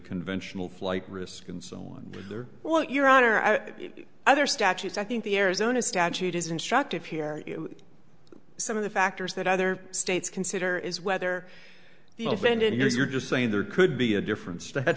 conventional flight risk and so on well your honor other statutes i think the arizona statute is instructive here some of the factors that other states consider is whether you abandon yours you're just saying there could be a difference that